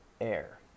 air